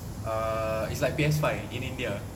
err it's like P_S five in india